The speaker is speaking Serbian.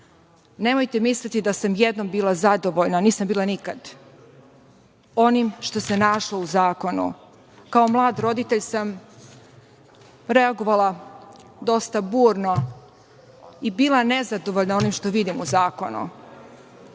naravno. Nemojte misliti da sam jednom bila zadovoljna, nisam bila nikad, onim što se našlo u zakonu. Kao mlad roditelj sam reagovala dosta burno i bila nezadovoljna onim što vidim u zakonu,